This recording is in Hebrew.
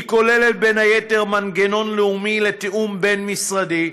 היא כוללת בין היתר מנגנון לאומי לתיאום בין-משרדי,